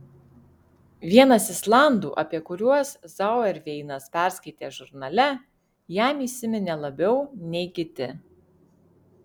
vienas islandų apie kuriuos zauerveinas perskaitė žurnale jam įsiminė labiau nei kiti